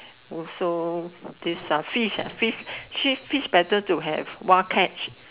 also this ah fish ah fish she fish better to have wild catch